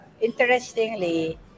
interestingly